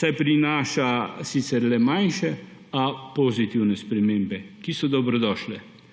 saj prinaša sicer le manjše, a pozitivne spremembe, ki so dobrodošle.